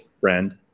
friend